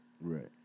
Right